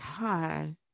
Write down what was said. God